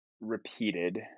repeated